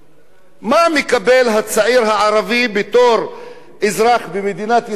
מה מקבל הצעיר הערבי בתור אזרח במדינת ישראל,